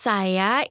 Saya